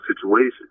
situations